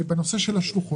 הנושאים.